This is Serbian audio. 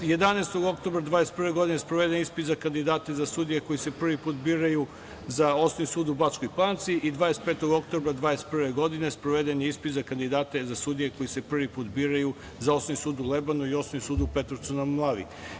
Jedanaestog oktobra 2021. godine sproveden je ispit za kandidate za sudije koji se prvi put biraju za Osnovni sud u Bačkoj Palanci i 25. oktobra 2021. godine sproveden je ispit za kandidata za sudije koji se prvi put biraju za Osnovni sud u Lebanu i Osnovni sud u Petrovcu na Mlavi.